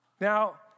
Now